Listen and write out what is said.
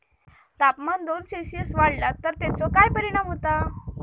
तापमान दोन सेल्सिअस वाढला तर तेचो काय परिणाम होता?